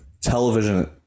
television